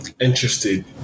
interested